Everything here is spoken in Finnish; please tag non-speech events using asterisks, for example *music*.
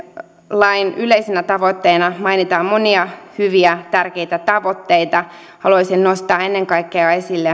lain yleisenä tavoitteena mainitaan monia hyviä tärkeitä tavoitteita haluaisin nostaa ennen kaikkea esille *unintelligible*